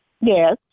Yes